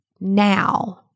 now